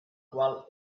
qual